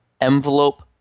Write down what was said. envelope